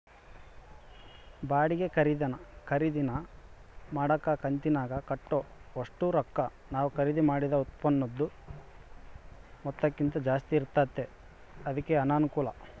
ಬಾಡಿಗೆ ಖರೀದಿನ ಮಾಡಕ ಕಂತಿನಾಗ ಕಟ್ಟೋ ಒಷ್ಟು ರೊಕ್ಕ ನಾವು ಖರೀದಿ ಮಾಡಿದ ಉತ್ಪನ್ನುದ ಮೊತ್ತಕ್ಕಿಂತ ಜಾಸ್ತಿ ಇರ್ತತೆ ಅದೇ ಅನಾನುಕೂಲ